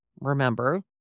remember